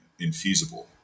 infeasible